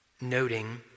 noting